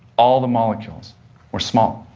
all the molecules were small,